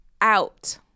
out